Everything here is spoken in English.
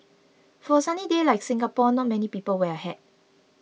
for a sunny day like Singapore not many people wear a hat